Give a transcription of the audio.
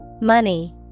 Money